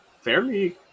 fairly